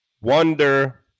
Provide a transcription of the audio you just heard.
Wonder